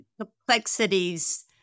complexities